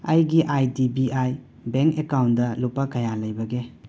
ꯑꯩꯒꯤ I D B I bank account ꯂꯨꯄꯥ ꯀꯌꯥ ꯂꯩꯕꯒꯦ